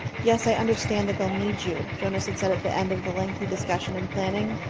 yes, i understand that they'll need you, jonas had said at the end of the lengthy discussion and planning.